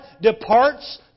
departs